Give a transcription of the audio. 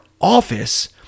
office